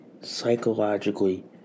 psychologically